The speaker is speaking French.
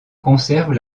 conserve